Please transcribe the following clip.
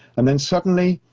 and then suddenly,